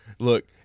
Look